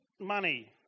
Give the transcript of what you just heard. money